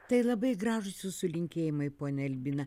tai labai gražūs jūsų linkėjimai ponia albina